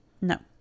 no